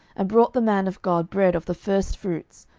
and brought the man of god bread of the firstfruits,